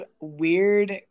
weird